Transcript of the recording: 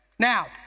Now